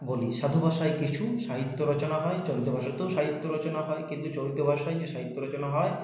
বলি সাধু ভাষায় কিছু সাহিত্য রচনা হয় চলিত ভাষাতেও সাহিত্য রচনা হয় কিন্তু চলিত ভাষায় যে সাহিত্য রচনা হয়